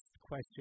question